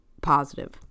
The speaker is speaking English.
positive